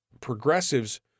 progressives